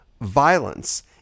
violence